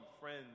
friends